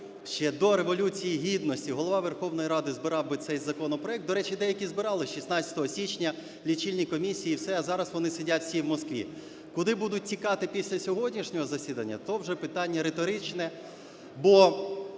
ще до Революції Гідності, Голова Верховної Ради збирав би цей законопроект, до речі, деякі збирали 16 січня, лічильні комісії, все, а зараз вони сидять всі в Москві. Куди будуть тікати після сьогоднішнього засідання, то вже питання риторичне. Бо